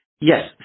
Yes